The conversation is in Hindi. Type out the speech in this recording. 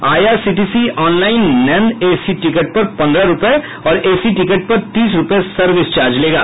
IRCTC online non AC ticket पर पंद्रह रूपये और एसी टिकट पर तीस रूपये सर्विस चार्ज लेगा